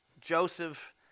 Joseph